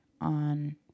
on